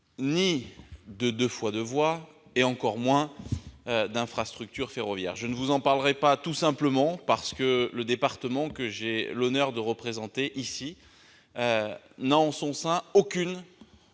ni de 2x2 voies, et encore moins d'infrastructures ferroviaires. Je ne vous en parlerai pas, tout simplement parce que le département que j'ai l'honneur de représenter ici ne possède aucun